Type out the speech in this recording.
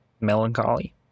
melancholy